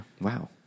Wow